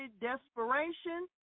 desperation